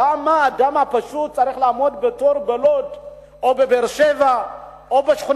למה האדם הפשוט בלוד או בבאר-שבע או בשכונה